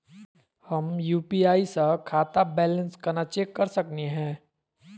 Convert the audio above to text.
हम यू.पी.आई स खाता बैलेंस कना चेक कर सकनी हे?